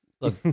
Look